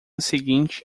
seguinte